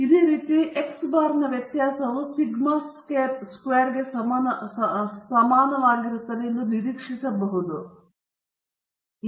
ಇದೇ ರೀತಿಯ ಸಾಲುಗಳಲ್ಲಿ ನೀವು x ಬಾರ್ನ ವ್ಯತ್ಯಾಸವು ಸಿಗ್ಮಾ ಸ್ಕ್ವೇರ್ಗೆ ಸಮನಾಗಿರುತ್ತದೆ ಎಂದು ನಿರೀಕ್ಷಿಸಬಹುದು ಆದರೆ ಅದು ಅಷ್ಟು ಅಲ್ಲ